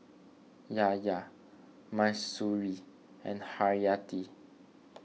Yahya Mahsuri and Haryati